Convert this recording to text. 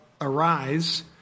arise